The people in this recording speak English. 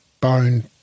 bone